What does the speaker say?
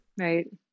Right